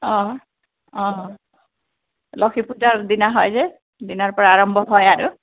অঁ অঁ লক্ষী পূজাৰ দিনা হয় যে দিনৰ পৰা আৰম্ভ হয় আৰু